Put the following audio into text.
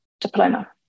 diploma